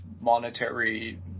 monetary